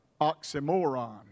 oxymoron